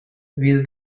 with